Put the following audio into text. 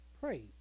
Pray